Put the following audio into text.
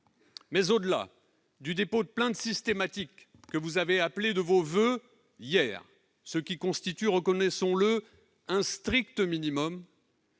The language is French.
Mais au-delà du dépôt de plainte systématique que vous avez appelé de vos voeux hier, ce qui constitue, reconnaissons-le, un strict minimum,